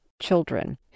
children